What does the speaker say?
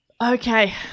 Okay